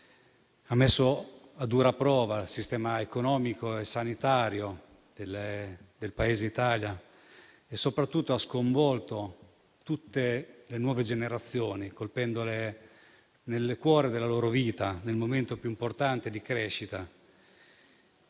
ha messo a dura prova il nostro sistema economico e sanitario e soprattutto ha sconvolto tutte le nuove generazioni, colpendole nel cuore della loro vita, nel momento più importante di crescita.